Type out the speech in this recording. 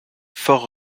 fort